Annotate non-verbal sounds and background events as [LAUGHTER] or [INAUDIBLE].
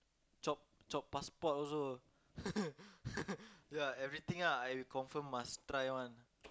chop chop passport also [LAUGHS] ya everything ah I confirm must try [one]